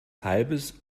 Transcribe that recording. halbes